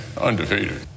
undefeated